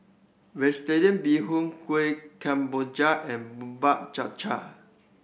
Vegetarian Bee Hoon Kueh Kemboja and Bubur Cha Cha